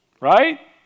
Right